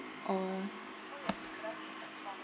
or